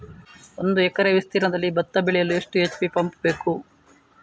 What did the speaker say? ಒಂದುಎಕರೆ ವಿಸ್ತೀರ್ಣದಲ್ಲಿ ಭತ್ತ ಬೆಳೆಯಲು ಎಷ್ಟು ಎಚ್.ಪಿ ಪಂಪ್ ಬೇಕು?